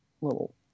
little